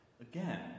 Again